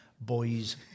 Boys